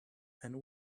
and